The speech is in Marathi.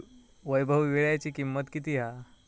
वैभव वीळ्याची किंमत किती हा?